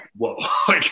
whoa